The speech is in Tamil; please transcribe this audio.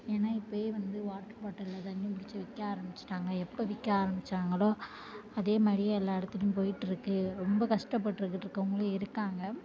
ஏன்னால் இப்பேயே வந்து வாட்ரு பாட்டிலில் தண்ணி பிடிச்சி விற்க ஆரம்பிச்சிட்டாங்க எப்போ விற்க ஆரம்பித்தாங்களோ அதே மாதிரியே எல்லா இடத்துலியும் போய்கிட்ருக்கு ரொம்ப கஷ்டப்பட்டுகிட்ருக்குவங்களும் இருக்காங்க